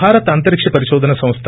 భారత అంతరిక్ష పరికోధన సంస్ద